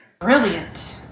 Brilliant